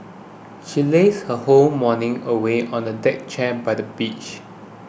she lazed her whole morning away on a deck chair by the beach